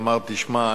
אמר: תשמע,